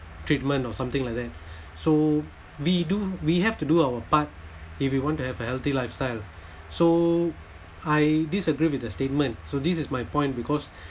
treatment or something like that so we do we have to do our part if you want to have a healthy lifestyle so I disagree with the statement so this is my point because